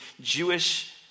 Jewish